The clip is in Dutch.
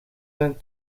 zijn